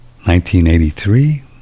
1983